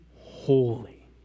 holy